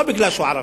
לא כי הוא ערבי.